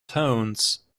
tones